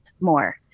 more